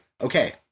okay